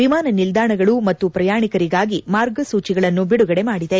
ವಿಮಾನ ನಿಲ್ದಾಣಗಳು ಮತ್ತು ಪ್ರಯಾಣಿಕರಿಗಾಗಿ ಮಾರ್ಗಸೂಚಿಗಳನ್ನು ಬಿಡುಗಡೆ ಮಾಡಿದೆ